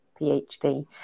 PhD